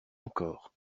encore